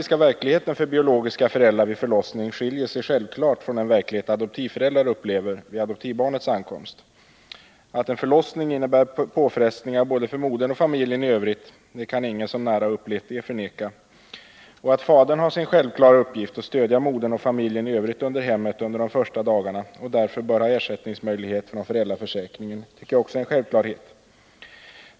sig självfallet från den verklighet adoptivföräldrar upplever vid adoptivbarnets ankomst. Att en förlossning innebär påfrestningar både för modern och för familjen i övrigt kan ingen som nära upplevt det förneka. Och att fadern har sin självklara uppgift att stödja modern och familjen i övrigt i hemmet under de första dagarna och därför bör ha möjlighet till ersättning från föräldraförsäkringen är också en självklarhet.